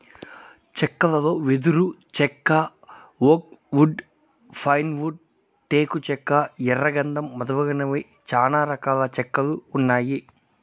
చెక్కలలో వెదురు చెక్క, ఓక్ వుడ్, పైన్ వుడ్, టేకు చెక్క, ఎర్ర గందం మొదలైనవి చానా రకాల చెక్కలు ఉన్నాయి